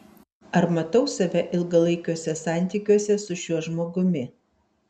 ar matau save ilgalaikiuose santykiuose su šiuo žmogumi